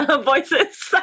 voices